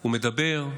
הוא מדבר.